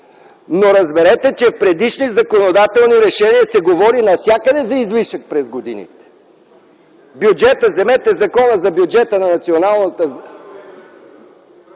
но разберете, че в предишни законодателни решения се говори навсякъде за излишък през годините. Вземете Закона за бюджета на Националната